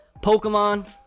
Pokemon